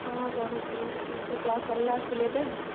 ହଁ ପଢ଼ୁଛି ଏବେ କ୍ଲାସ୍ ସରିଲା ଆସିଲି ଏବେ ଆଉ